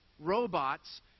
robots